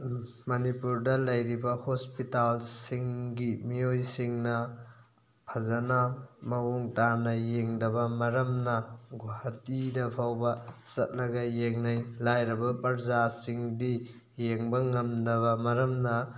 ꯃꯅꯤꯄꯨꯔꯗ ꯂꯩꯔꯤꯕ ꯍꯣꯁꯄꯤꯇꯥꯜꯁꯤꯡꯒꯤ ꯃꯤꯑꯣꯏꯁꯤꯡꯅ ꯐꯖꯅ ꯃꯑꯣꯡ ꯇꯥꯅ ꯌꯦꯡꯗꯕ ꯃꯔꯝꯅ ꯒꯨꯍꯥꯇꯤꯗ ꯐꯥꯎꯕ ꯆꯠꯂꯒ ꯌꯦꯡꯅꯩ ꯂꯥꯏꯔꯕ ꯄ꯭ꯔꯖꯥꯁꯤꯡꯗꯤ ꯌꯦꯡꯕ ꯉꯝꯗꯕ ꯃꯔꯝꯅ